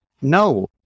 no